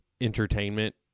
entertainment